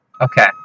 Okay